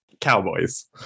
cowboys